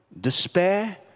despair